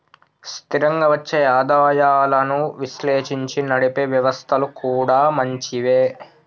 స్థిరంగా వచ్చే ఆదాయాలను విశ్లేషించి నడిపే వ్యవస్థలు కూడా మంచివే